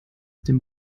dem